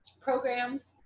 programs